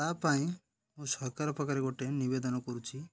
ତା' ପାଇଁ ମୁଁ ସରକାର ପାଖରେ ଗୋଟେ ନିବେଦନ କରୁଛିି